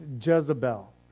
Jezebel